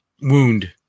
wound